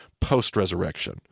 post-resurrection—